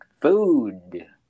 food